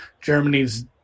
Germany's